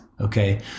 Okay